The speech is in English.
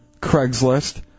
Craigslist